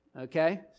okay